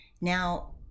Now